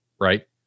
right